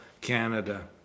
Canada